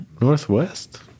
Northwest